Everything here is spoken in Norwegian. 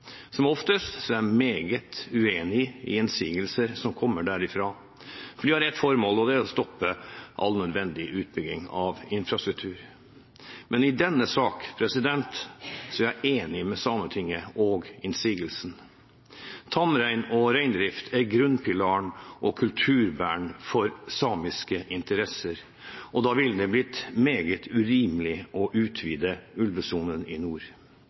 Som oftest er jeg meget uenig i innsigelser som kommer derfra. De har ett formål, og det er å stoppe all nødvendig utbygging av infrastruktur. Men i denne saken er jeg enig med Sametinget og i innsigelsen. Tamrein og reindrift er grunnpilaren og kulturbæreren for samiske interesser, og da ville det blitt meget urimelig å utvide ulvesonen i nord,